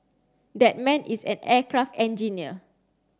that man is an aircraft engineer